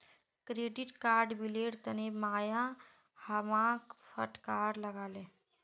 credit card बिलेर तने भाया हमाक फटकार लगा ले